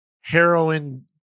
heroin